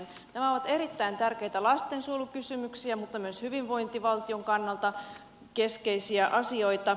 nämä ovat erittäin tärkeitä lastensuojelukysymyksiä mutta myös hyvinvointivaltion kannalta keskeisiä asioita